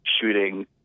shooting